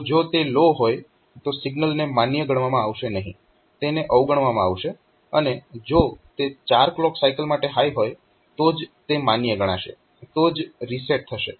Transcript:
તો જો તે લો હોય તો સિગ્નલને માન્ય ગણવામાં આવશે નહીં તેને અવગણવામાં આવશે અને જો તે 4 ક્લોક સાયકલ માટે હાય હોય તો જ તે માન્ય હશે તો જ રીસેટ થશે